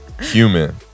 human